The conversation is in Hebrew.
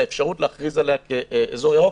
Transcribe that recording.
על האפשרות להכריז עליה כאזור ירוק.